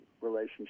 relationship